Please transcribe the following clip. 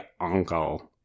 uncle